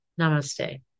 Namaste